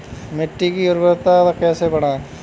मिट्टी की उर्वरता कैसे बढ़ाएँ?